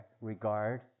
regard